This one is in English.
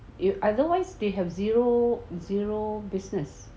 you otherwise they have zero zero business